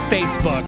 Facebook